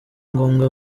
ngombwa